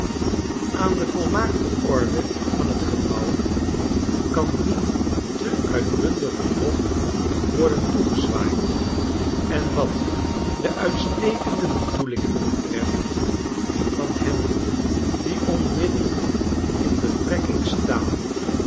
aan de volmaakte orde van t gebouw kan niet te uitbundige lof worden toegezwaaid en wat de uitstekende bedoelingen betreft van hen die onmiddellijk in betrekking staan